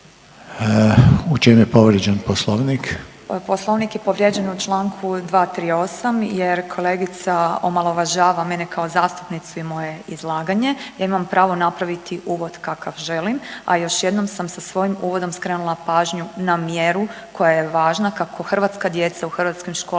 **Petir, Marijana (Nezavisni)** Poslovnik je povrijeđen u Članku 238. jer kolegica omalovažava mene kao zastupnicu i moje izlaganje. Ja imam pravo napraviti uvod kakav želim, a još jednom sam sa svojim uvodom skrenula pažnju na mjeru koja je važna kako hrvatska djeca u hrvatskim školama